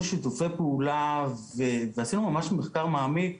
שיתופי פעולה ועשינו ממש מחקר מעמיק